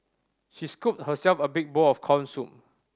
she scooped herself a big bowl of corn soup